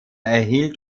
erhielt